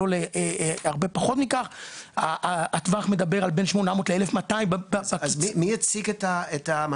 כי היא לפחות בחלק מהזמן הייתה חלק גם מאגף התכנון